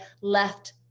left